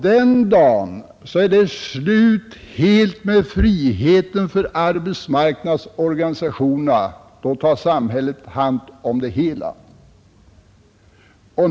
Den dagen är det slut med friheten för arbetsmarknadsorganisationerna — då tar samhället hand om det hela.